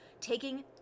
taking